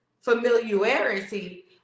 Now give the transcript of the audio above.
familiarity